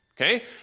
okay